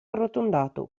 arrotondato